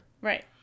Right